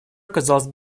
оказалась